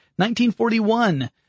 1941